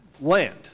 land